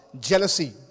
jealousy